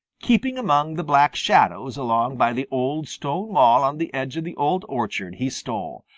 keeping among the black shadows along by the old stone wall on the edge of the old orchard, he stole,